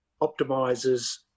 optimizes